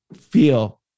feel